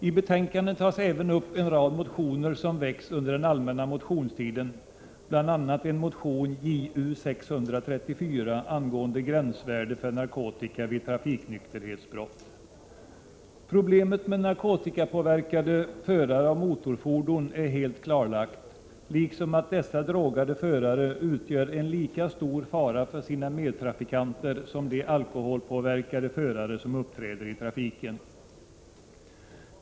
I betänkandet tas även upp en rad motioner som har väckts under den allmänna motionstiden, bl.a. Ju634 angående gränsvärdet för narkotika vid trafiknykterhetsbrott. Problemet med narkotikapåverkade förare av motorfordon är helt klarlagt liksom att dessa drogade förare utgör en lika stor fara för sina medtrafikanter som de alkoholpåverkade förare gör som uppträder i trafiken.